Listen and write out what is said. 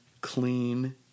clean